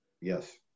Yes